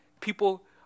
People